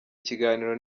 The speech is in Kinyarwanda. ikiganiro